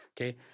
Okay